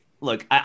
look